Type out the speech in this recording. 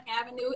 Avenue